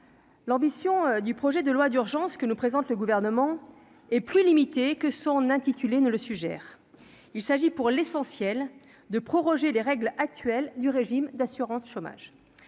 l'ambition du projet de loi d'urgence que nous présente le Gouvernement est plus limitée que son intitulé ne le suggère, il s'agit pour l'essentiel, de proroger les règles actuelles du régime d'assurance chômage,